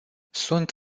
sunt